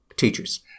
teachers